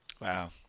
wow